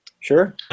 Sure